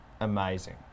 amazing